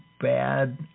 bad